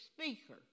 speaker